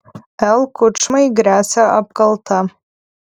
l kučmai gresia apkalta